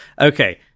Okay